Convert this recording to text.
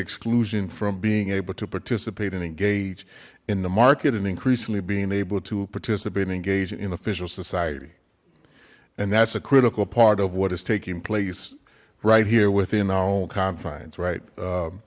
exclusion from being able to participate and engage in the market and increasingly being able to participate and engage in in official society and that's a critical part of what is taking place right here within our own confines right